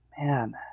man